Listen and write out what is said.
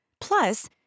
Plus